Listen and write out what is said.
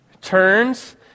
turns